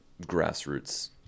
grassroots